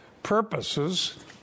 purposes